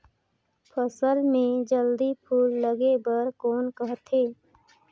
फसल मे जल्दी फूल लगे बर कौन करथे?